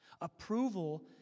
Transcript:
Approval